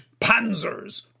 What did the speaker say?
panzers